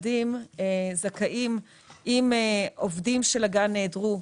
אם עובדים של הגן נעדרו,